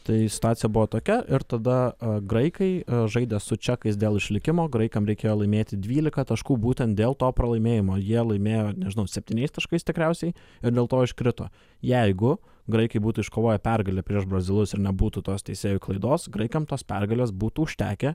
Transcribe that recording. tai situacija buvo tokia ir tada graikai žaidė su čekais dėl išlikimo graikam reikėjo laimėti dvylika taškų būtent dėl to pralaimėjimo jie laimėjo nežinau septyniais taškais tikriausiai ir dėl to iškrito jeigu graikai būtų iškovoję pergalę prieš brazilus ir nebūtų tos teisėjų klaidos graikam tos pergalės būtų užtekę